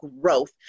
growth